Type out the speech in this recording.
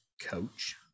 coach